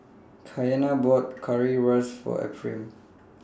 Kiana bought Currywurst For Ephriam